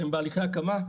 הם בתהליכי הקמה,